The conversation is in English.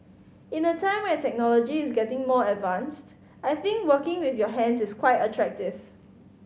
in a time where technology is getting more advanced I think working with your hands is quite attractive